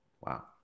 Wow